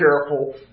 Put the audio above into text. careful